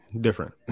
Different